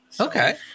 Okay